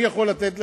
אני יכול לתת לך?